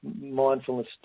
mindfulness